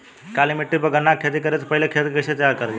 काली मिट्टी पर गन्ना के खेती करे से पहले खेत के कइसे तैयार करल जाला?